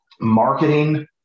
marketing